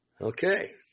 Okay